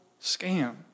scam